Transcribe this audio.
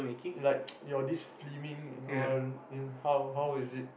like your this filming and all then how how is it